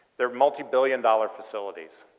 they are multi-billion dollar facilities,